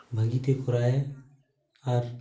ᱵᱷᱟᱹᱜᱤ ᱛᱮ ᱠᱚᱨᱟᱣᱟᱭ ᱟᱨ